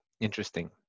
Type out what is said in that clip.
interesting